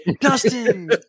Dustin